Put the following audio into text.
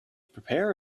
prepare